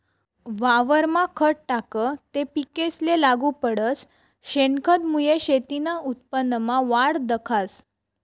वावरमा खत टाकं ते पिकेसले लागू पडस, शेनखतमुये शेतीना उत्पन्नमा वाढ दखास